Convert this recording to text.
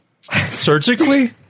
Surgically